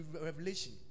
revelation